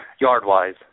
yard-wise